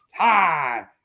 time